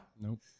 Nope